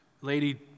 lady